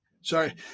sorry